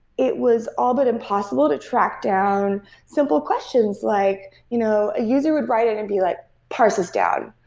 it was all but impossible to track down simple questions, like you know a user would write and it'd and be like, parse is down.